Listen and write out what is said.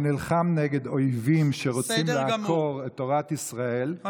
אני נלחם נגד אויבים שרוצים לעקור את תורת ישראל,